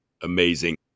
Amazing